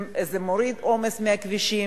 זה מוריד עומס מהכבישים,